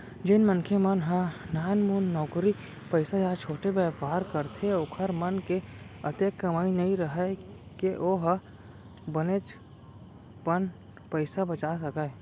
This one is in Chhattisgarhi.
जेन मनखे मन ह नानमुन नउकरी पइसा या छोटे बयपार करथे ओखर मन के अतेक कमई नइ राहय के ओ ह बनेचपन पइसा बचा सकय